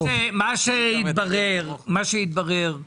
מה שהתברר זה